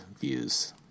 views